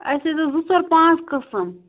اَسہِ حظ ٲس زٕ ژور پانٛژھ قٕسٕم